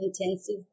intensive